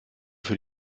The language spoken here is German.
für